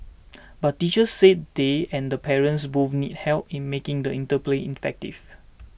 but teachers say they and the parents both need help in making the interplay effective